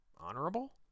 honorable